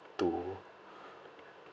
to